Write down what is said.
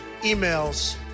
emails